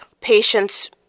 patients